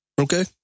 Okay